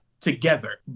together